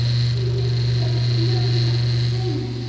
felix, there is no such thing.